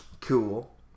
Cool